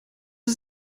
ist